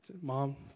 Mom